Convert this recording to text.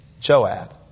Joab